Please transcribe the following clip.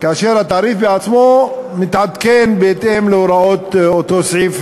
כאשר התעריף עצמו מתעדכן בהתאם להוראות אותו סעיף,